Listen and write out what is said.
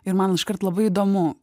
ir man iškart labai įdomu